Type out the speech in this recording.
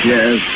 Yes